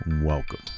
Welcome